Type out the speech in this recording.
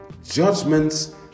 Judgments